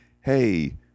Hey